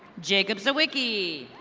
jacob zewicki.